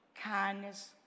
kindness